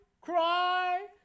cry